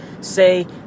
say